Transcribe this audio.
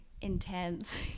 intense